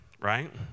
right